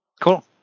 Cool